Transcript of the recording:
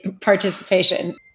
participation